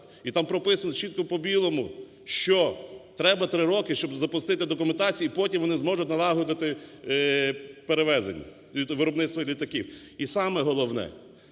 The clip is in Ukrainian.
і там прописано чітко по білому, що треба три роки, щоб запустити документацію, і потім вони зможуть налагодити перевезення… виробництво літаків. І саме головне.